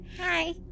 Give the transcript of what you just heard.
Hi